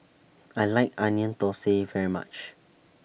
I like Onion Thosai very much